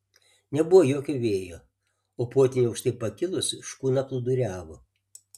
nebuvo jokio vėjo o potvyniui aukštai pakilus škuna plūduriavo